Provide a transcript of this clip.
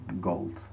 gold